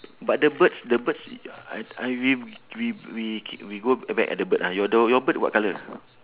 but the birds the birds uh I I we we we ke~ we go b~ back at the bird ah your the your bird what colour